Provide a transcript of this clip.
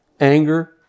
anger